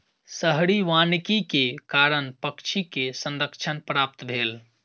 शहरी वानिकी के कारण पक्षी के संरक्षण प्राप्त भेल